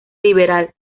liberal